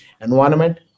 environment